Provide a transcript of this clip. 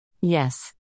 Yes